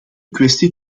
kwestie